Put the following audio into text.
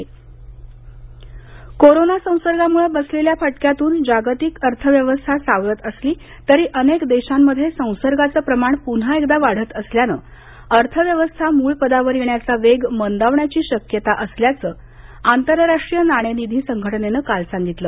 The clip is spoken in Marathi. आंतरराष्ट्रीय नाणेनिधी कोरोना संसर्गामुळं बसलेल्या फटक्यातून जागतिक अर्थव्यवस्था सावरत असली तरी अनेक देशांमध्ये संसर्गाचं प्रमाण पुन्हा एकदा वाढत असल्यानं अर्थव्यवस्था मूळ पदावर येण्याचा वेग मंदावण्याची शक्यता असल्याचं आंतरराष्ट्रीय नाणेनिधी संघटनेनं काल सांगितलं